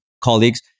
colleagues